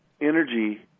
energy